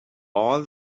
all